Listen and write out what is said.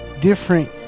different